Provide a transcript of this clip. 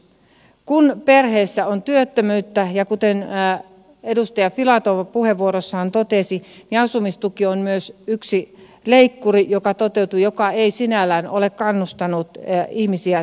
kun perheessä on työttömyyttä kuten edustaja filatov puheenvuorossaan totesi asumistuki on myös yksi leikkuri joka toteutui joka ei sinällään ole kannustanut ihmisiä työelämään